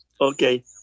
Okay